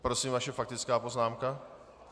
Prosím, vaše faktická poznámka.